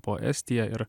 po estiją ir